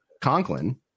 Conklin